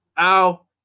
Ow